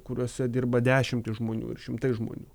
kuriuose dirba dešimtys žmonių šimtai žmonių